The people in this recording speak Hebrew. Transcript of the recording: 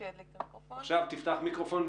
עכשיו תפתח את המיקרופון,